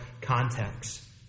context